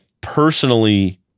personally